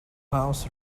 house